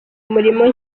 umurimo